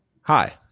Hi